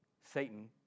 Satan